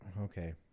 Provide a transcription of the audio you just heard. okay